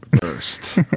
first